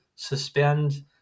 suspend